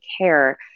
care